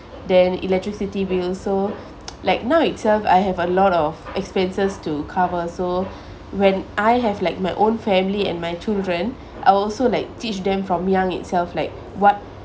then electricity bill so like now itself I have a lot of expenses to cover so when I have like my own family and my children I'll also like teach them from young itself like what